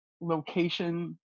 location